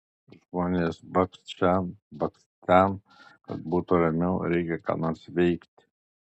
žmonės bakst šen bakst ten kad būtų ramiau reikia ką nors veikti